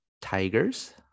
Tigers